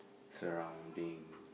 surrounding